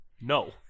No